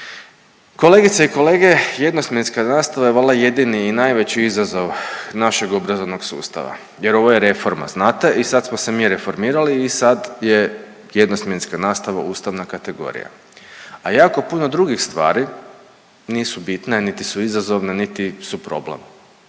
Kolegice i kolege, jednosmjenska nastava je valjda jedini i najveći izazov našeg obrazovnog sustava, jer ovo je reforma znate i sad smo se mi reformirali i sad je jednosmjenska nastava ustavna kategorija. A jako puno drugih stvari nisu bitne niti su izazovne, niti su problem,